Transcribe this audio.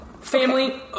family